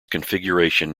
configuration